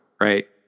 right